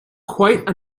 quite